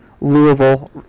Louisville